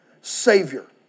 Savior